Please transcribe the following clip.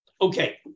okay